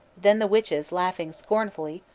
then the witches, laughing scornfully,